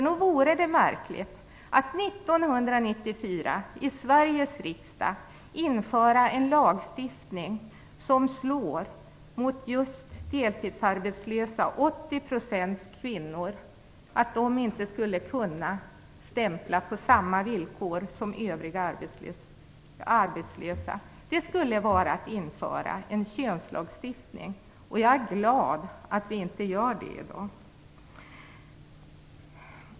Nog vore det märkligt att 1994, i Sveriges riksdag, införa en lagstiftning som slår mot just deltidsarbetslösa. 80 % av dem är kvinnor. De skulle inte få stämpla på samma villkor som övriga arbetslösa. Det skulle vara att införa en könslagstiftning. Jag är glad för att det inte sker i dag.